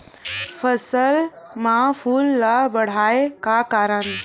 फसल म फूल ल बढ़ाय का करन?